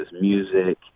music